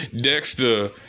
Dexter